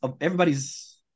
everybody's